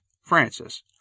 Francis